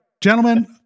Gentlemen